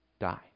Die